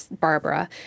Barbara